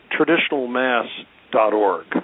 traditionalmass.org